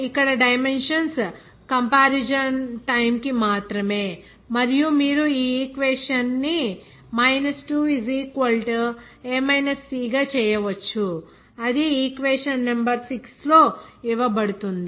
ఇక్కడ dimensions comparison time కి మాత్రమే మరియు మీరు ఈ ఈక్వేషన్ ని 2 a c గా చేయవచ్చు అది ఈక్వేషన్ నెంబర్ 6 లో ఇవ్వబడుతుంది